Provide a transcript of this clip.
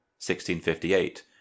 1658